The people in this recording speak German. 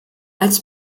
als